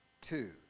two